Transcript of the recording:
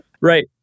Right